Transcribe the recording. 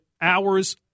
hours